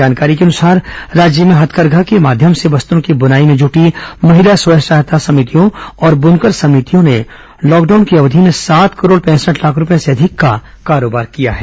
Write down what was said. जानकारी के अनुसार राज्य में हथकरघा के माध्यम से वस्त्रों की ब्नाई में जूटी महिला स्व सहायता समितियों और बनुकर समितियों ने लॉकडाउन की अवधि में सात करोड़ पैंसठ लाख रूपये से अधिक का कारोबार किया है